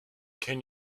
can